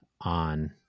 on